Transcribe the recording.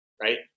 right